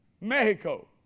Mexico